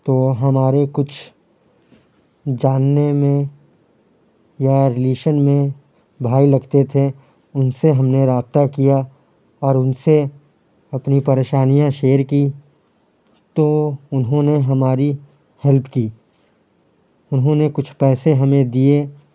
تو ہمارے کچھ جاننے میں یا ریلیشن میں بھائی لگتے تھے ان سے ہم نے رابطہ کیا اور ان سے اپنی پریشانیاں شیئر کیں تو انہوں نے ہماری ہیلپ کی انہوں نے کچھ پیسے ہمیں دیے